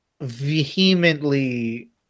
vehemently